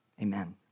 amen